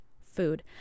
food